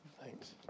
Thanks